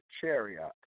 chariot